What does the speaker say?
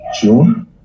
June